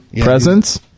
presence